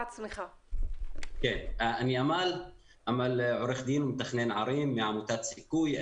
אני עורך דין, מתכנן ערים מעמותת סיכוי.